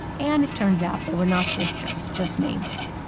and it turns out they were not sisters, just neighbors.